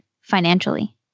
financially